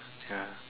ya